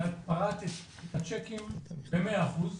שאת פרעת את השיקים במאה אחוז,